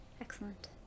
excellent